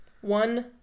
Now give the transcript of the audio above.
One